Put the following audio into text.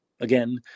again